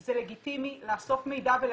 זה לגיטימי לאסוף מידע ולעדכן.